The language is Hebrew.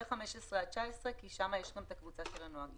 ו-15 עד 19 כי שם יש את הקבוצה של הנוהגים.